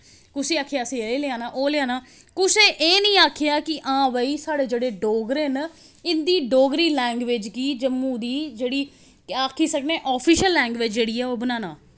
कुसै आखेआ असें एह् लेआना ओह् लेआना कुसै एह् निं आखेआ कि साढ़े जेह्ड़े डोगरे न इं'दी डोगरी लैंग्वेज गी जम्मू दी जेह्ड़ी आखी सकने कि ऑफिशियल लैंग्वेज बनाना